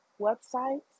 websites